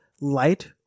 light